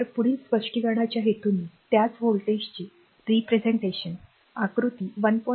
तर पुढील स्पष्टीकरणाच्या हेतूने त्याच व्होल्टेजचे representationप्रतिनिधित्व आकृती 1